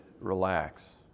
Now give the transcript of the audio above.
relax